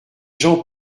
gens